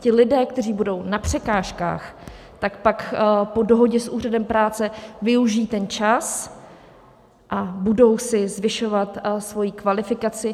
Ti lidé, kteří budou na překážkách, tak pak po dohodě s Úřadem práce využijí ten čas a budou si zvyšovat svoji kvalifikaci.